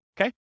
Okay